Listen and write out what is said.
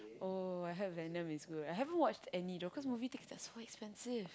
oh I heard Venom is good I haven't watched any though because movie tickets are so expensive